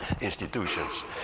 institutions